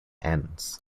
ends